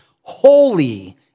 holy